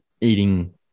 eating